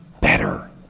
better